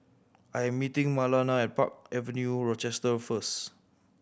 I am meeting Marlana at Park Avenue Rochester first